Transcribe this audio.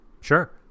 Sure